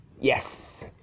Yes